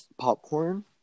popcorn